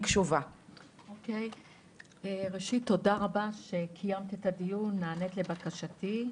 ראשית תודה רבה שקיימת את הדיון, ונענית לבקשתי.